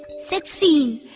sixteen.